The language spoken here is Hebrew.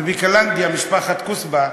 ובקלנדיה, משפחת כסבה,